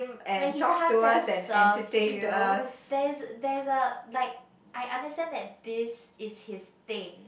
when he comes and serves you there is there is a like I understand that this is his thing